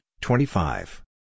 twenty-five